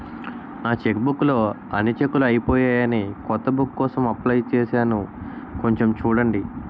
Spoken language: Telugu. నా చెక్బుక్ లో అన్ని చెక్కులూ అయిపోయాయని కొత్త బుక్ కోసం అప్లై చేసాను కొంచెం చూడండి